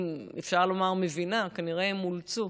אם אפשר לומר מבינה, כנראה הם אולצו.